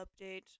update